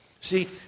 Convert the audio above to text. See